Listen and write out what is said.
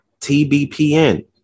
TBPN